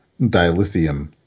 dilithium